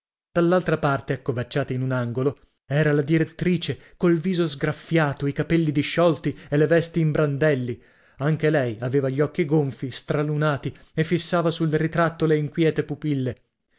dall'altra parte accovacciata in un angolo era la direttrice col viso sgraffiato i capelli disciolti e le vesti in brandelli anche lei aveva gli occhi gonfi stralunati e fissava sul ritratto le inquiete pupille